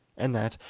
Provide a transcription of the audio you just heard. and that,